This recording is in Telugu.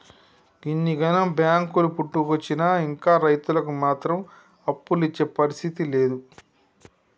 గిన్నిగనం బాంకులు పుట్టుకొచ్చినా ఇంకా రైతులకు మాత్రం అప్పులిచ్చే పరిస్థితి లేదు